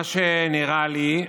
מה שנראה לי,